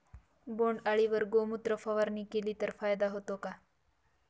बोंडअळीवर गोमूत्र फवारणी केली तर फायदा होतो का?